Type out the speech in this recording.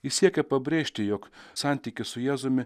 ji siekia pabrėžti jog santykis su jėzumi